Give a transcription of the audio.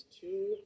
two